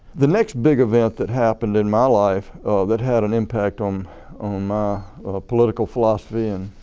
the next big event that happened in my life that had an impact on um my political philosophy and